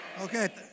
Okay